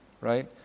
right